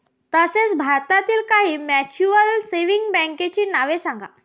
तसेच भारतातील काही म्युच्युअल सेव्हिंग बँकांची नावे सांगा